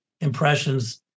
impressions